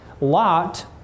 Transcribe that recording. Lot